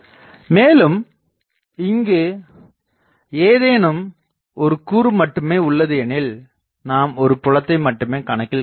மேலும் இங்கு ஏதேனும் ஒரு கூறு மட்டுமே உள்ளது எனில் நாம் ஒரு புலத்தை மட்டுமே கணக்கில் கொள்ளலாம்